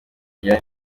rya